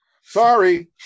Sorry